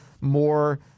more